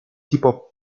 tipo